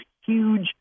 huge